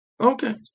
Okay